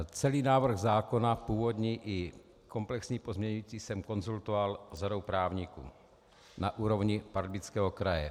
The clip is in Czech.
Celý návrh zákona, původní i komplexní pozměňovací, jsem konzultoval s řadou právníků na úrovni Pardubického kraje.